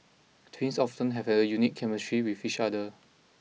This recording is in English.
twins often have a unique chemistry with each other